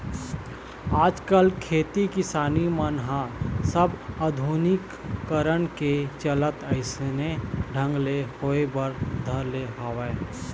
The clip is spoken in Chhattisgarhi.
आजकल खेती किसानी मन ह सब आधुनिकीकरन के चलत अइसने ढंग ले होय बर धर ले हवय